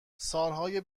سالهای